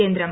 കേന്ദ്രം